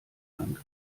angriff